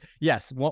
Yes